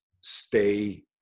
stay